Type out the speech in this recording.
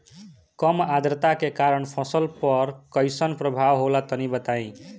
कम आद्रता के कारण फसल पर कैसन प्रभाव होला तनी बताई?